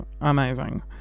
amazing